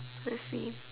let's see